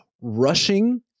rushing